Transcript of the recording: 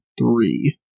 three